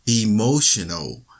emotional